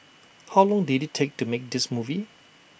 how long did IT take to make this movie